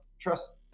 trust